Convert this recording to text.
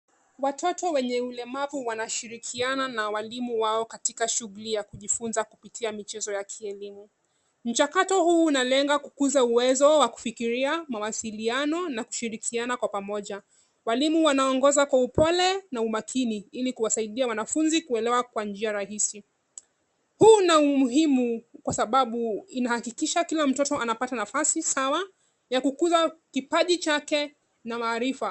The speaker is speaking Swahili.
Watoto wenye ulemavu wanashirikiana na walimu wao katika shughuli ya kujifunza kupitia michezo ya kielimu. Mchakato huu unalenga kukuza uwezo wa kufikiria, mawasiliano na kushirikiana kwa pamoja. Walimu wanaongoza kwa upole na umakini ili kuwasaidia wanafunzi kuelewa kwa njia rahisi. Huu una umuhimu kwasababu inahakikisha kila mtoto anapata nafasi sawa ya kukuza kipaji chake na maarifa.